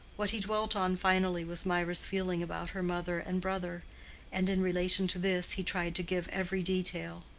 what he dwelt on finally was mirah's feeling about her mother and brother and in relation to this he tried to give every detail.